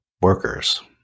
workers